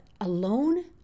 alone